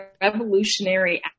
revolutionary